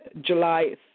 July